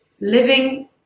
living